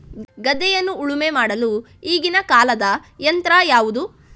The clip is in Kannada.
ಗದ್ದೆಯನ್ನು ಉಳುಮೆ ಮಾಡಲು ಈಗಿನ ಕಾಲದ ಯಂತ್ರ ಯಾವುದು?